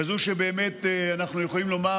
כזאת שבאמת אנחנו יכולים לומר: